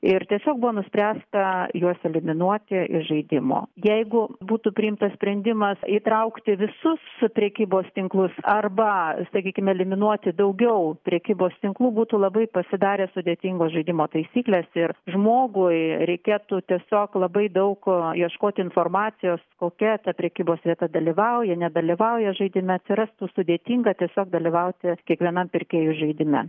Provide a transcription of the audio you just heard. ir tiesiog buvo nuspręsta juos eliminuoti iš žaidimo jeigu būtų priimtas sprendimas įtraukti visus su prekybos tinklus arba sakykime eliminuoti daugiau prekybos tinklų būtų labai pasidarė sudėtingos žaidimo taisyklės ir žmogui reikėtų tiesiog labai daug ko ieškoti informacijos kokia ta prekybos vieta dalyvauja nedalyvauja žaidime atsirastų sudėtinga tiesiog dalyvauti kiekvienam pirkėjui žaidime